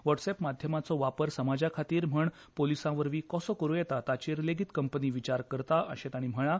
वॉट्सअॅप माध्यमाचो वापर समाजाखातीर म्हण पोलीसांवरवी कसो करूं येता ताचेर लेगीत कंपनी विचार करता अशें वॉट्सअॅपान म्हळां